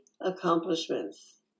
accomplishments